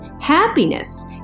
happiness